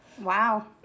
Wow